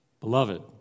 Beloved